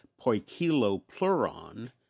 poikilopleuron